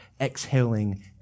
exhaling